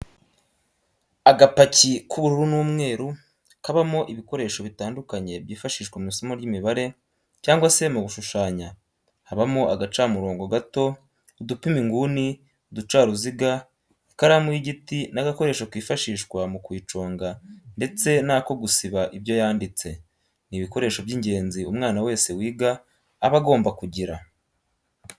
Agapaki k'ubururu n'umweru kabamo ibikoresho bitandukanye byifashishwa mw'isomo ry'imibare cyangwa se mu gushushanya habamo agacamurongo gato, udupima inguni, uducaruziga ,ikaramu y'igiti n'agakoresho kifashishwa mu kuyiconga ndetse n'ako gusiba ibyo yanditse, ni ibikoresho by'ingenzi umwana wese wiga aba agomba kugira.